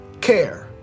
care